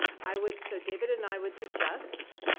i would. so david and i would suggest